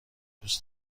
دوست